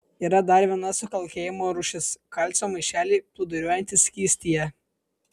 yra dar viena sukalkėjimo rūšis kalcio maišeliai plūduriuojantys skystyje